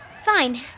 Fine